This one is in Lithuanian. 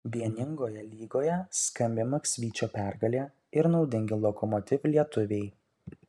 vieningoje lygoje skambi maksvyčio pergalė ir naudingi lokomotiv lietuviai